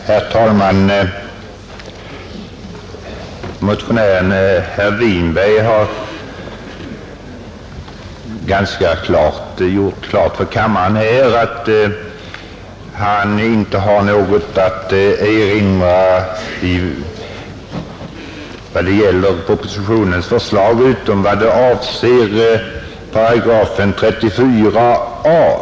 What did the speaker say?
Herr talman! Motionären herr Winberg har ganska tydligt klargjort för kammaren att han inte har något att erinra mot propositionens förslag, med undantag för 34 a §.